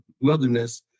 wilderness